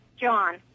John